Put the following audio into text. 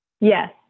Yes